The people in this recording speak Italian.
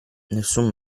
nessun